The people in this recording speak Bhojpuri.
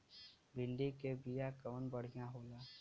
भिंडी के बिया कवन बढ़ियां होला?